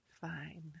Fine